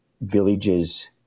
villages